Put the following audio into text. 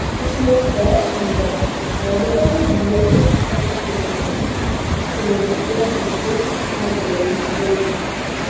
išleistoje knygoje medikas dietos efektyvumą grindžia cukraus sumažėjimu kraujyje